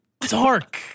dark